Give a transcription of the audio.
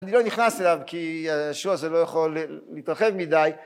אני לא נכנס אליו כי השיעור הזה לא יכול להתרחב מדי